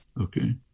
okay